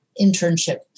internship